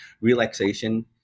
relaxation